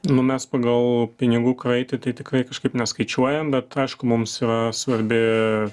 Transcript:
nu mes pagal pinigų kraitį tai tikrai kažkaip neskaičiuojam bet aišku mums svarbi